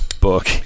book